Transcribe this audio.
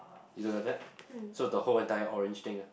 isn't like that so the whole entire orange thing ah